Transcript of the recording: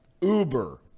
Uber